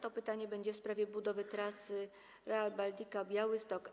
To pytanie będzie w sprawie budowy trasy Rail Baltica Białystok - Ełk.